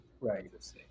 right